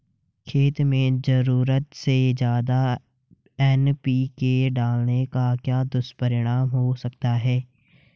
खेत में ज़रूरत से ज्यादा एन.पी.के डालने का क्या दुष्परिणाम हो सकता है?